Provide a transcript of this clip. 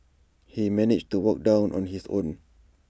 he managed to walk down on his own